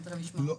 כן, וגם נשמע אותם.